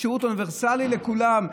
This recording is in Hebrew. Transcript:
בשירות אוניברסלי לכולם,